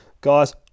guys